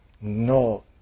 no